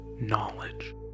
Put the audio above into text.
knowledge